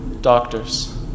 Doctors